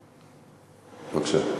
בבקשה.